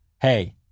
hey